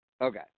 Okay